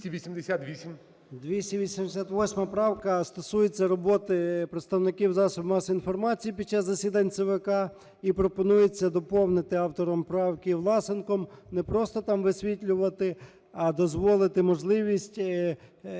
288 правка стосується роботи представників засобів масової інформації під час засідань ЦВК, і пропонується доповнити автором правки Власенком не просто там висвітлювати, а дозволити можливість